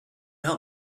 help